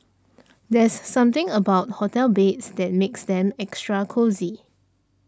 there's something about hotel beds that makes them extra cosy